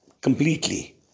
completely